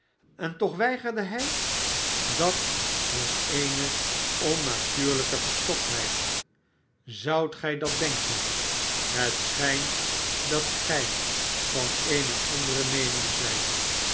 en toch weigerde hij dat was eene onnatuurlijke verstoktheid zoudt gij dat denken het schijnt dat gij van eene andere meening zijt